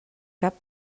cap